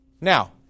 Now